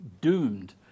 doomed